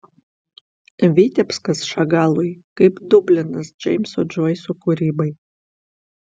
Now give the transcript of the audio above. vitebskas šagalui kaip dublinas džeimso džoiso kūrybai